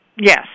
Yes